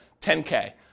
10K